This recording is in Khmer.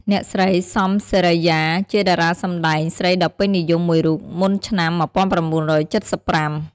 អ្នកស្រី សំ សេរីយ៉ា ជាតារាសម្តែងស្រីដ៏ពេញនិយមមួយរូបមុនឆ្នាំ ១៩៧៥។